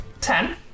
Ten